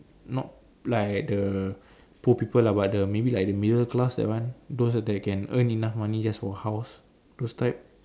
not like the poor people lah but the maybe like the middle class that one those that can earn money just for house those type